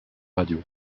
radio